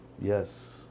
Yes